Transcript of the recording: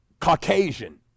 Caucasian